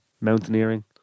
mountaineering